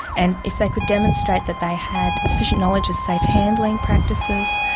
and if they could demonstrate that they had sufficient knowledge of safe handling practices,